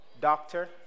doctor